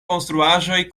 konstruaĵoj